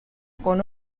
con